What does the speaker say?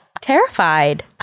Terrified